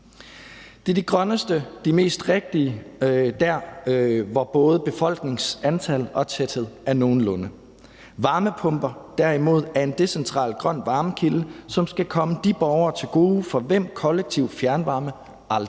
Det er den grønneste og mest rigtige løsning der, hvor både befolkningsantal og -tæthed er nogenlunde højt. Varmepumper, derimod, er en decentral grøn varmekilde, som skal komme de borgere til gode, for hvem kollektiv fjernvarme aldrig